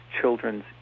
children's